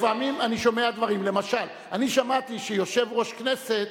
לפעמים אני שומע דברים, למשל שמעתי שיושב-ראש כנסת